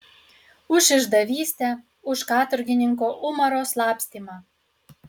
už išdavystę už katorgininko umaro slapstymą